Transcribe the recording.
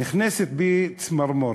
נכנסת בי צמרמורת.